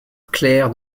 clair